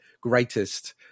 greatest